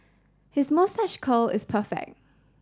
his moustache curl is perfect